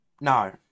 No